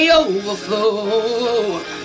overflow